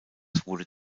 wurde